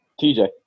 TJ